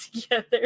together